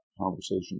conversation